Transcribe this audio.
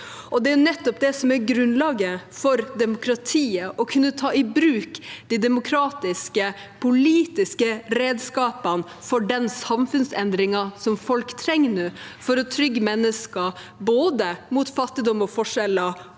Det er nettopp det som er grunnlaget for demokratiet – å kunne ta i bruk de demokratiske politiske redskapene for den samfunnsendringen som folk nå trenger, for å trygge mennesker mot både fattigdom, forskjeller